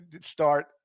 start